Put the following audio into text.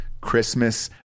Christmas